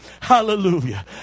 Hallelujah